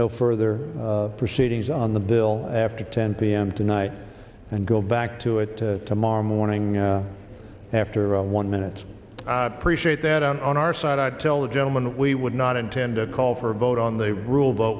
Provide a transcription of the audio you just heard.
no further proceedings on the bill after ten p m tonight and go back to it tomorrow morning after a one minute appreciate that on our side i tell the gentleman that we would not intend to call for a vote on they ruled out